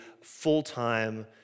full-time